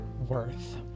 worth